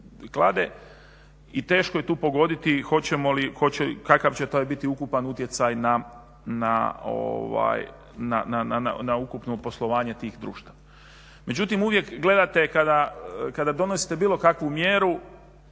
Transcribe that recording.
i teško je tu pogoditi kakav će taj biti ukupan utjecaj na ukupno poslovanje tih društava. Međutim, uvijek gledate kada donosite bilo kakvu mjeru